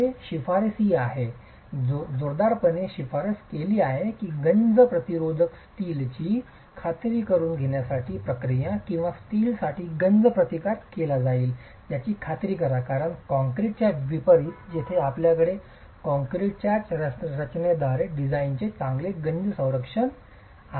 हे शिफारसीय आहे की जोरदारपणे शिफारस केली आहे की गंज प्रतिरोधक स्टीलची खात्री करुन घेण्याची प्रक्रिया किंवा स्टीलसाठी गंज प्रतिकार केला जाईल याची खात्री करा कारण काँक्रीटच्या विपरीत जेथे आपल्याकडे कंक्रीटच्याच रचनेद्वारे डिझाइनद्वारे चांगले गंज संरक्षण आहे